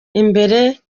imbere